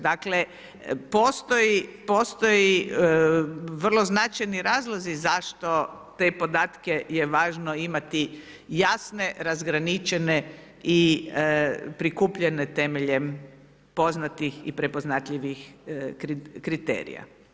Dakle, postoje vrlo značajni razlozi zašto te podatke je važno imati, jasne, razgraničene i prikupljene temeljem poznatih i prepoznatljivih kriterija.